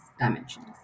dimensions